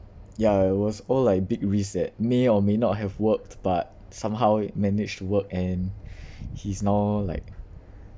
ya it was all like big risk that may or may not have worked but somehow it managed to work and he's now like